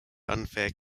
unfair